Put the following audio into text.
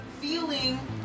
feeling